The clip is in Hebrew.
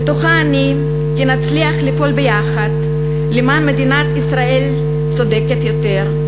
בטוחה אני כי נצליח לפעול ביחד למען מדינת ישראל צודקת יותר,